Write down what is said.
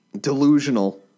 delusional